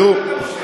אבל למה אתה מושך?